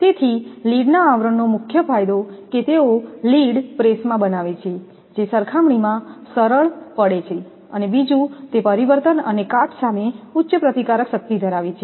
તેથી લીડ ના આવરણનો મુખ્ય ફાયદો કે તેઓ લીડ પ્રેસમાં બનાવે છે જે સરખામણીમાં સરળ પડે છે બીજું તે પરિવર્તન અને કાટ સામે ઉચ્ચ પ્રતિકારક શક્તિ ધરાવે છે